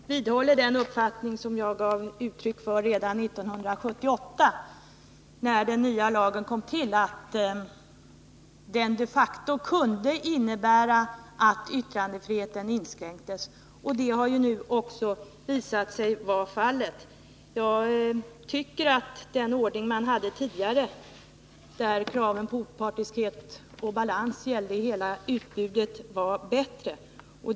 Herr talman! Jag vidhåller den uppfattning som jag gav uttryck för redan 1978, när den nya lagen kom till, nämligen att lagen de facto kunde innebära att yttrandefriheten inskränktes. Så har nu också visat sig vara fallet. Jag tycker att den ordning vi hade tidigare, där kraven på opartiskhet och balans gällde hela utbudet, var bättre.